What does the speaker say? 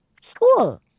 School